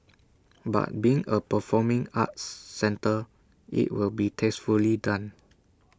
but being A performing arts centre IT will be tastefully done